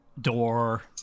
door